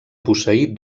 posseir